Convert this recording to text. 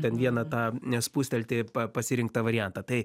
ten vieną tą spustelti pasirinktą variantą tai